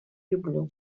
люблю